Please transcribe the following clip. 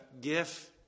gift